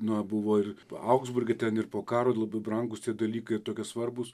nu buvo ir augsburge ten ir po karo labai brangūs tie dalykai ir tokie svarbūs